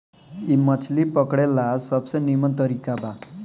इ मछली पकड़े ला सबसे निमन तरीका बा